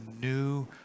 new